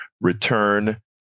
Return